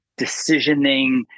decisioning